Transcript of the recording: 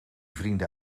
vrienden